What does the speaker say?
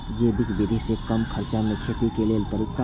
जैविक विधि से कम खर्चा में खेती के लेल तरीका?